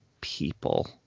people